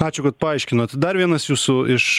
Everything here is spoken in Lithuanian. ačiū kad paaiškinot dar vienas jūsų iš